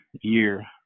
year